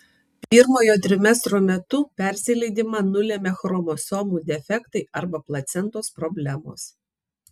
pirmojo trimestro metu persileidimą nulemia chromosomų defektai arba placentos problemos